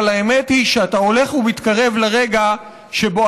אבל האמת היא שאתה הולך ומתקרב לרגע שבו